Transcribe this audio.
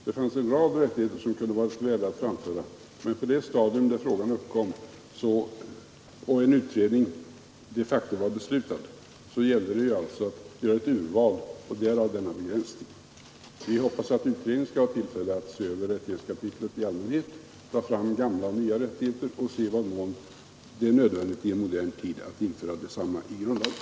Det fanns en rad rättigheter som kunde varit aktuella att framföra, men på det stadium där frågan uppkom och då en utredning de facto var beslutad gällde det att göra ett urval Därav denna begränsning. Vi hoppas att utredningen skall ha tillfälle att se över rättighetskapit let i allmänhet, ta fram gamla och nya rättigheter och undersöka i vad mån det är nödvändigt i en modern tid att inför a desamma i grundlagen.